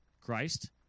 Christ